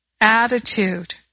attitude